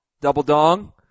double-dong